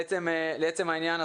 לעצם העניין.